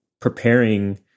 preparing